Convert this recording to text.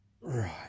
Right